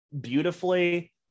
beautifully